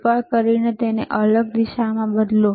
કૃપા કરીને તેને અલગ દિશામાં બદલો